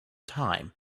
time